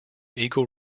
eagle